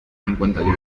cincuenta